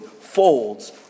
folds